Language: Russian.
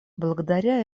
благодаря